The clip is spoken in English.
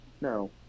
No